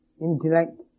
intellect